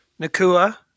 Nakua